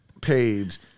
page